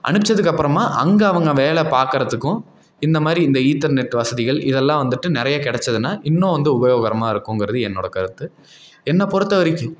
அனுப்பிச்சதுக்கு அப்புறமா அங்கே அவங்க வேலை பார்க்குறத்துக்கும் இந்த மாதிரி இந்த ஈத்தர்நெட் வசதிகள் இதெல்லாம் வந்துட்டு நிறைய கிடச்சிதுனா இன்னும் வந்து உபயோகரமாக இருக்கிங்குறது என்னோடய கருத்து என்னை பொறுத்தவரைக்கும்